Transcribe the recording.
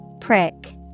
Prick